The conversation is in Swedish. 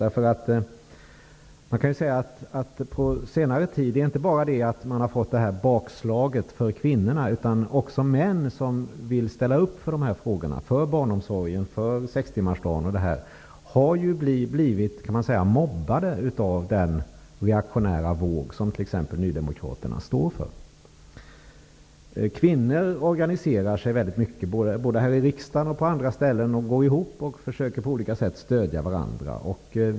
Det har på senare tid inte bara blivit ett bakslag för kvinnorna, utan man kan också säga att män som vill ställa upp för sådant som barnomsorgen, sextimmarsdagen osv. har blivit mobbade i den reaktionära våg som t.ex. nydemokraterna står för. Kvinnor organiserar sig mycket, både här i riksdagen och på andra ställen. De går samman och försöker på olika sätt stödja varandra.